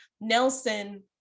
Nelson